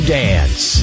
dance